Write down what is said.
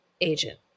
agent